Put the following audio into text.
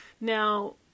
Now